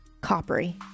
coppery